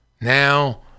Now